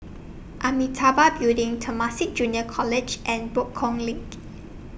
Amitabha Building Temasek Junior College and Buangkok LINK